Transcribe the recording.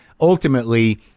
ultimately